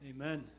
Amen